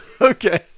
Okay